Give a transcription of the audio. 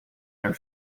air